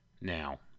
now